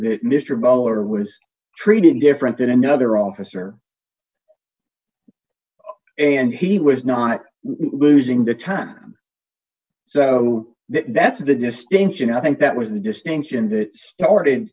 that mr mower was treated different than another officer and he was not losing the time so that that's the distinction i think that was the distinction that started